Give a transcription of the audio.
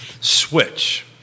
switch